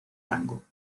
rango